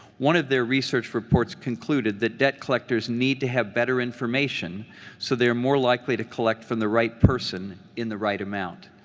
one of their research reports concluded that debt collectors need to have better information so they are more likely to collect from the right person in the right amount.